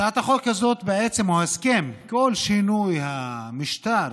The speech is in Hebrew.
הצעת החוק הזאת, או הסכם שינוי כל המשטר,